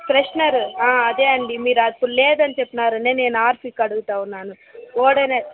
freshener అదే అండి మీరు అప్పుడు లేదని చెపపినారనే నేను హార్పిక్ అడుగుతా ఉన్నాను ఒడొనిల్